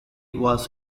was